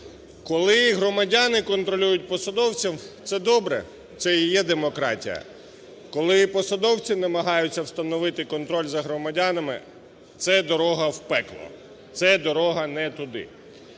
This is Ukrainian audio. Коли громадяни контролюють посадовців - це добре, це і є демократія. Коли посадовці намагаються встановити контроль за громадянами – це дорога в пекло, це дорога не туди.